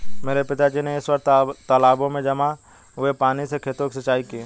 मेरे पिताजी ने इस वर्ष तालाबों में जमा हुए पानी से खेतों की सिंचाई की